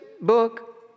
book